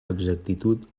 exactitud